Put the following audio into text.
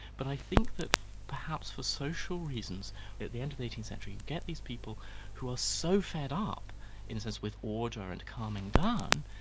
but i think that perhaps for social reasons at the end of the eighteenth century, you get these people who are so fed up in a sense, with order and calming down,